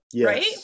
Right